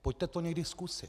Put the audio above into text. Pojďte to někdy zkusit.